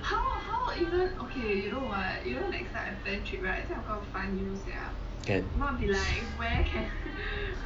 can